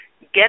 get